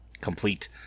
complete